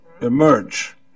emerge